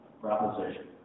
proposition